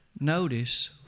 Notice